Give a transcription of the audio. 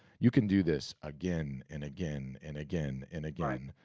you can do this again and again and again and again.